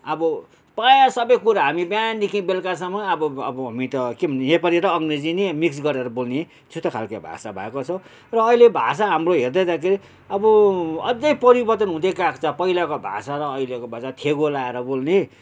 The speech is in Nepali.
अब प्रायः सबै कुरा हामी बिहानदेखि बेलुकासम्म अब अब हामी त के भन्नु नेपाली र अङ्ग्रेजी नै मिक्स गरेर बोल्ने छुट्टै खालको भाषा भएको छ र अहिले भाषा हाम्रो हेर्दाखेरि अब अझै परिवर्तन हुँदै गएको छ पहिलाको भाषा र अहिलेको भाषा थेगो लाएर बोल्ने